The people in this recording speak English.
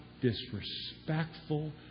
disrespectful